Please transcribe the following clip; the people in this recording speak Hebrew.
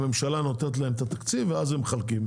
הממשלה נותנת להם את התקציב ואז הם מחלקים.